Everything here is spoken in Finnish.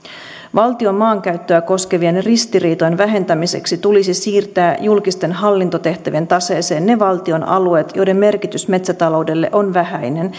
valtion maankäyttöä koskevien ristiriitojen vähentämiseksi tulisi siirtää julkisten hallintotehtävien taseeseen ne valtion alueet joiden merkitys metsätaloudelle on vähäinen